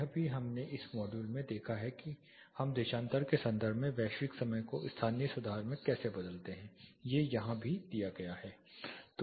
यह भी हमने एक मॉड्यूल में देखा कि हम देशांतर के संदर्भ में वैश्विक समय को स्थानीय सुधार में कैसे बदलते हैं ये यहां भी दिया गया है